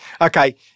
Okay